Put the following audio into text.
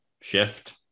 shift